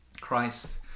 christ